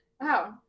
Wow